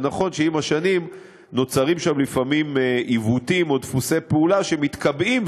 נכון שעם השנים נוצרים שם לפעמים עיוותים או דפוסי פעולה שמתקבעים,